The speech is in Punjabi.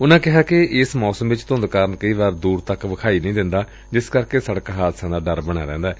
ਉਨੂਾਂ ਕਿਹਾ ਕਿ ਇਸ ਮੌਸਮ ਵਿਚ ਧੂੰਦ ਕਾਰਨ ਕਈ ਵਾਰੀ ਦੁਰ ਤੱਕ ਵਿਖਾਈ ਨਹੀਂ ਦਿੰਦਾ ਜਿਸ ਕਰਕੇ ਸਤਕ ਹਾਦਸਿਆਂ ਦਾ ਡਰ ਬਣਿਆ ਰਹਿਂਦੈ